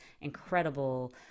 incredible